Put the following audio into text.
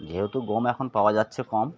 যেহেতু গম এখন পাওয়া যাচ্ছে কম